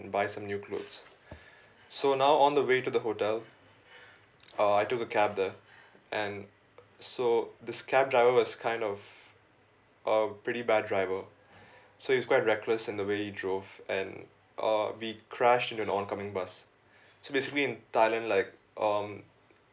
buy some new clothes so now on the way to the hotel uh I took a cab there and so this cab driver was kind of a pretty bad driver so it's quite reckless in the way he drove and uh we crashed into an oncoming bus so basically in thailand like um